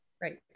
Right